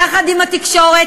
יחד עם התקשורת.